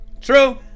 True